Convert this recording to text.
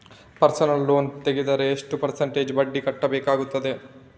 Personal loan ತೆಗೆದರೆ ಎಷ್ಟು percentage ಬಡ್ಡಿ ಕಟ್ಟಬೇಕಾಗುತ್ತದೆ?